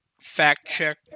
fact-check